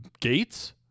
Gates